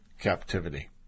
captivity